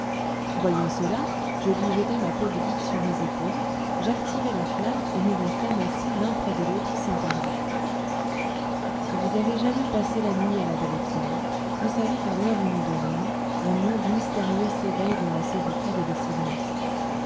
voyant cela je lui jetai ma peau de bique sur les épaules j'activai la flamme et nous restâmes assis l'un près de l'autre sans parler si vous avez jamais passé la nuit à la belle étoile vous savez qu'à l'heure où nous dormons un monde mystérieux s'éveille dans la solitude et le silence